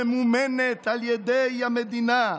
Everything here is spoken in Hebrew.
ממומנת על ידי המדינה".